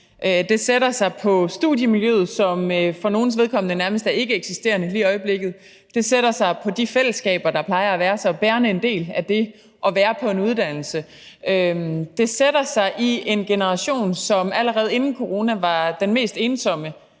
Det sætter sig i studiemiljøet, som for nogles vedkommende nærmest er ikkeeksisterende lige i øjeblikket, og det sætter sig i de fællesskaber, der plejer at være så bærende en del af det at være på en uddannelse. Det sætter sig i en generation, som allerede inden coronaen var den mest ensomme